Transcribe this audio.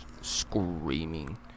Screaming